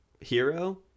hero